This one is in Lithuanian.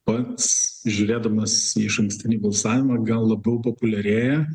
pats žiūrėdamas į išankstinį balsavimą gal labiau populiarėja